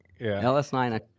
LS9